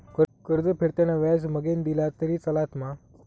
कर्ज फेडताना व्याज मगेन दिला तरी चलात मा?